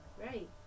right